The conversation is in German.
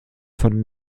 von